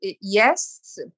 yes